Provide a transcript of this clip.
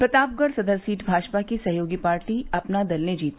Pratapgarh Sadar seat Bhajpa की सहयोगी party Apna Dal ने जीती